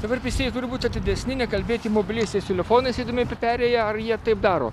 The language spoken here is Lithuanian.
dabar pėstieji turi būti atidesni nekalbėti mobiliaisiais telefonais eidami per perėją ar jie taip daro